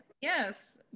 Yes